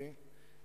זו נקודה זמנית,